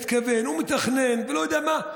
הוא מתכנן ולא יודע מה,